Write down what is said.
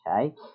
okay